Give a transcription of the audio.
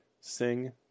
sing